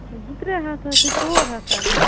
زٕ ترٛےٚ ہَتھ حظ چھِ ژور ہَتھ تانٮ۪تھ